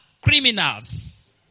criminals